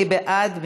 מי בעד?